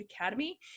Academy